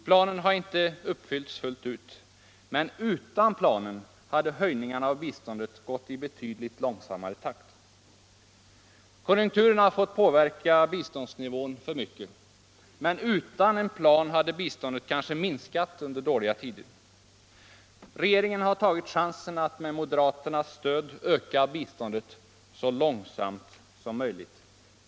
Planen har inte uppfyllts fullt ut, men utan planen hade höjningarna av biståndet gått i betydligt långsammare takt. Konjunkturerna har fått påverka biståndsnivån för mycket, men utan en plan hade biståndet kanske minskat under dåliga tider. Regeringen har tagit chansen att med moderaternas stöd öka biståndet så långsamt som möjligt.